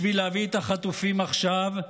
בשביל להביא את החטופים עכשיו,